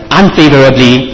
unfavorably